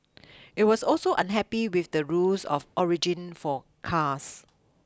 it was also unhappy with the rules of origin for cars